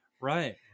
Right